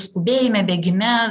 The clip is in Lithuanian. skubėjime bėgime